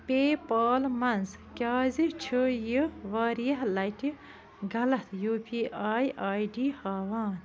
پے پال منٛز کیٛازِ چھُ یہِ واریاہ لَٹہِ غلط U P I I D ہاوان